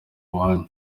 ubuhamya